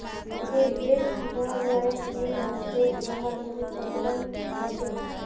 जे भेड़ खबार लायक नई ह छेक वहार ऊन कतरन ह छेक